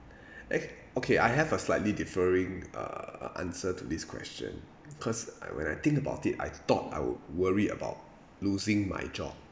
eh okay I have a slightly differing err answer to this question because I when I think about it I thought I would worry about losing my job